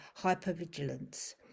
hypervigilance